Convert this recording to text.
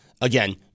again